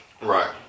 Right